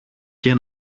και